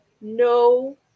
no